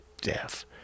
death